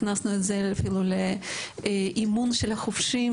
הכנסנו את זה אפילו לאימון של החובשים.